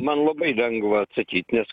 man labai lengva atsakyt nes